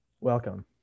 Welcome